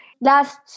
Last